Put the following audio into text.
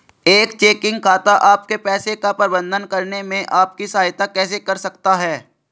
एक चेकिंग खाता आपके पैसे का प्रबंधन करने में आपकी सहायता कैसे कर सकता है?